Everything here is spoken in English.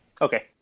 Okay